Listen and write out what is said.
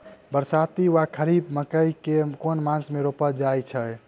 बरसाती वा खरीफ मकई केँ मास मे रोपल जाय छैय?